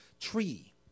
tree